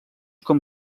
com